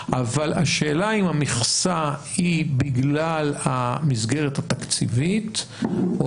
אבל השאלה היא אם המכסה היא בגלל המסגרת התקציבית או